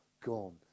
gone